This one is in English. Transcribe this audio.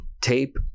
tape